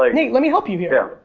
like nate, let me help you. yeah.